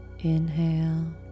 Inhale